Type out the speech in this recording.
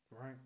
right